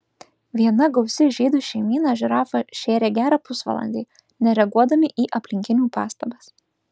viena gausi žydų šeimyna žirafą šėrė gerą pusvalandį nereaguodami į aplinkinių pastabas